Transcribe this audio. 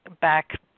back